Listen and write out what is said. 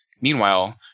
Meanwhile